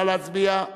נא להצביע.